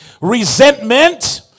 resentment